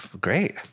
great